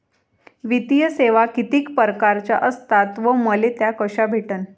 वित्तीय सेवा कितीक परकारच्या असतात व मले त्या कशा भेटन?